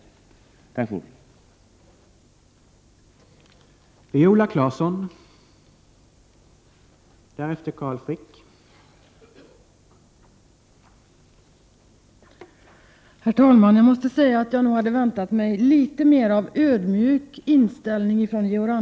Tack för ordet!